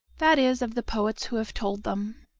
that is, of the poets who have told them.